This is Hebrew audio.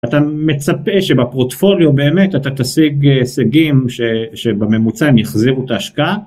אתה מצפה שבפרוטפוליו באמת אתה תשיג הישגים שבממוצע הם יחזירו את ההשקעה